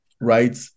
right